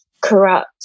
corrupt